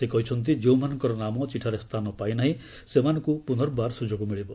ସେ କହିଛନ୍ତି ଯେଉଁମାନଙ୍କର ନାମ ଚିଠାରେ ସ୍ଥାନ ପାଇ ନାହିଁ ସେମାନଙ୍କୁ ପୁନର୍ବାର ସୁଯୋଗ ମିଳିବ